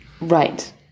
Right